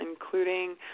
including